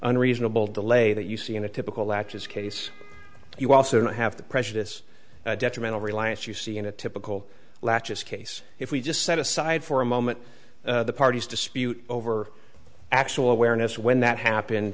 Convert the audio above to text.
unreasonable delay that you see in a typical latches case you also have the prejudice detrimental reliance you see in a typical latches case if we just set aside for a moment the party's dispute over actual awareness when that happened